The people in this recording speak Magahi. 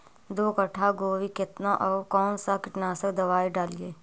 दो कट्ठा गोभी केतना और कौन सा कीटनाशक दवाई डालिए?